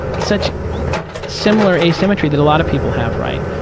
such similar asymmetry that a lot of people have, right?